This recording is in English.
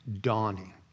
dawning